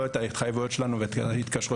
לא את ההתחייבויות שלנו ואת ההתקשרויות